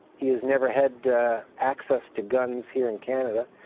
he has never had access to guns here in canada,